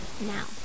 now